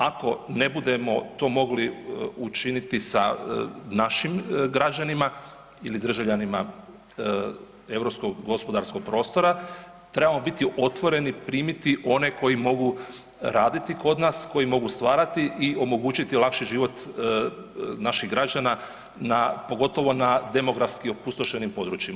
Ako ne budemo to mogli učiniti sa našim građanima ili državljanima europskog gospodarskog prostora trebamo biti otvoreni primiti one koji mogu raditi kod nas, koji mogu stvarati i omogućiti lakši život naših građana na, pogotovo na demografski opustošenim područjima.